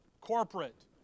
corporate